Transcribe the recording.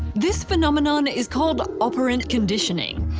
this phenomenon is called operant conditioning.